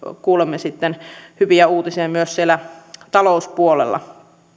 kuulemme sitten hyviä uutisia myös sieltä talouspuolelta